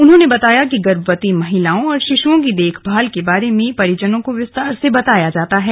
उन्होंने बताया कि गर्भवती महिलाओं और शिशुओं की देखभाल के बारे में तीमारदारों को विस्तार से बताया जाता है